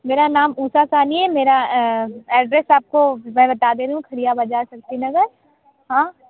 मेरा नाम उषा साहनी है मेरा एड्रेस आप को मैं बता दे रही हूँ खलिया बज़ार शक्तिनगर है